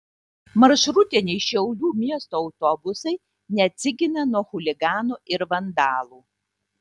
maršrutiniai šiaulių miesto autobusai neatsigina nuo chuliganų ir vandalų